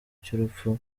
cy’urupfu